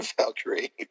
Valkyrie